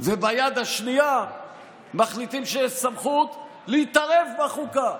וביד השנייה מחליטים שיש סמכות להתערב בחוקה.